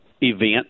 event